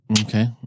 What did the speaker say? Okay